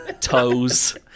toes